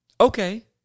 Okay